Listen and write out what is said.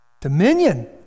Dominion